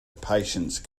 patience